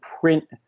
print